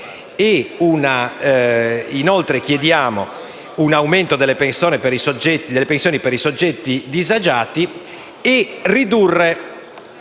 Inoltre, chiediamo un aumento delle pensioni per i soggetti disagiati e di ridurre